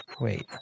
Wait